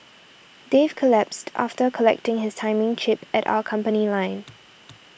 Dave collapsed after collecting his timing chip at our company line